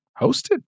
hosted